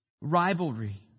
Rivalry